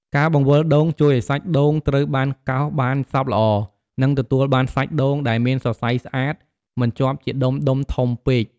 ការបង្វិលដូងជួយឱ្យសាច់ដូងត្រូវបានកោសបានសព្វល្អ និងទទួលបានសាច់ដូងដែលមានសរសៃស្អាតមិនជាប់ជាដុំៗធំពេក។